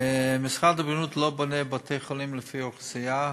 שמשרד הבריאות לא בונה בתי-חולים לפי אוכלוסייה,